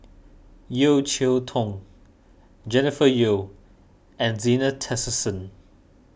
Yeo Cheow Tong Jennifer Yeo and Zena Tessensohn